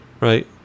right